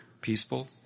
peaceful